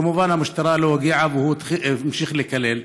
כמובן שהמשטרה לא הגיעה, והוא המשיך לקלל.